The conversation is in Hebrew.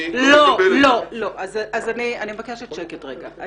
לא, אז אני מבקשת שקט רגע.